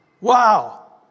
Wow